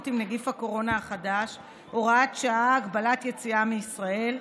עם נגיף הקורונה החדש (הוראת שעה) (הגבלת היציאה מישראל)